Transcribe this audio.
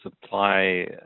supply